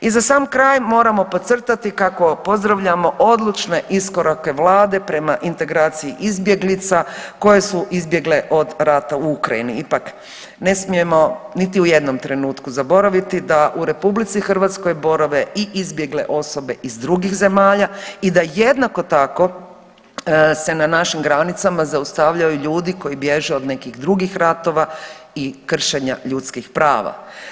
I za sam kraj moramo podcrtati kako pozdravljamo odlučne iskorake vlade prema integraciji izbjeglica koje su izbjegle od rata u Ukrajini, ipak ne smijemo niti u jednom trenutku zaboraviti da u RH borave i izbjegle osobe iz drugih zemalja i da jednako tako se na našim granicama zaustavljaju ljudi koji bježe od nekih drugih ratova i kršenja ljudskih prava.